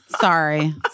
sorry